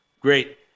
Great